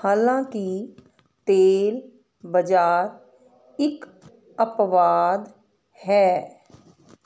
ਹਾਲਾਂਕਿ ਤੇਲ ਬਾਜ਼ਾਰ ਇੱਕ ਅਪਵਾਦ ਹੈ